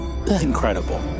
Incredible